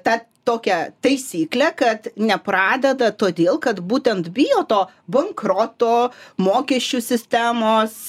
tą tokią taisyklę kad nepradeda todėl kad būtent bijo to bankroto mokesčių sistemos